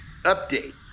update